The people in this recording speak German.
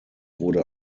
wurde